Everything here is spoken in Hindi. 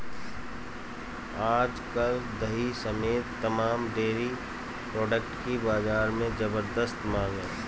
आज कल दही समेत तमाम डेरी प्रोडक्ट की बाजार में ज़बरदस्त मांग है